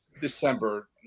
december